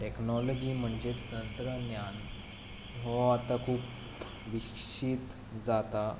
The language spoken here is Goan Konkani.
टॅक्नोलोजी म्हणचे तंत्रज्ञान हो आतां खूब विकसीत जाता